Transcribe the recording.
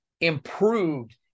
improved